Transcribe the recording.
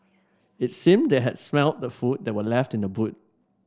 it seemed that they had smelt the food that were left in the boot